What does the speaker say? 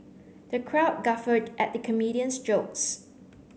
the crowd guffawed at the comedian's jokes